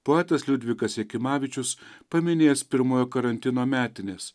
poetas liudvikas jakimavičius paminės pirmojo karantino metines